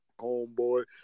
homeboy